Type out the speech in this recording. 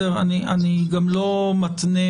אני גם לא מתנה